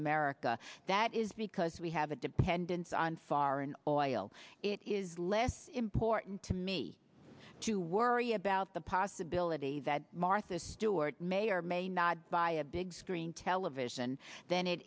america that is because we have a dependence on foreign oil it is less important to me to worry about the possibility that martha stewart may or may not buy a big screen television then it